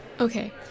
Okay